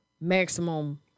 maximum